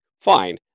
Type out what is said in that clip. fine